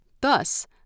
Thus